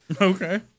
Okay